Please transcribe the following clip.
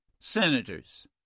senators